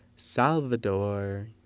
Salvador